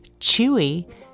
Chewy